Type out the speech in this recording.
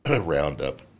roundup